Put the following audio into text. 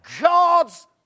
God's